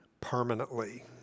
permanently